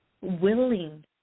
willing